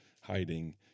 hiding